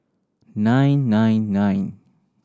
nine nine nine